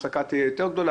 הפסקה תהיה יותר גדולה,